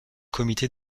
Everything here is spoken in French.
comité